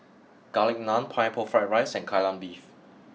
Garlic Naan Pineapple Fried Rice and Kai Lan Beef